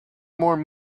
more